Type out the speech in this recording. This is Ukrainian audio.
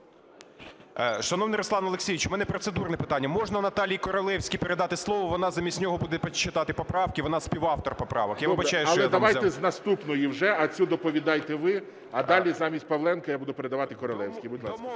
Шановний Руслан Олексійович, в мене процедурне питання. Можна Наталії Королевській передати слово, вона замість нього буде читати поправки, вона співавтор поправок. Я вибачаюся, що я… ГОЛОВУЮЧИЙ. Але давайте з наступної вже, а цю доповідайте ви. А далі замість Павленка я буду передавати Королевській. Будь ласка.